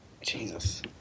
Jesus